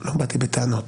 אני לא באתי בטענות.